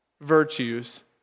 virtues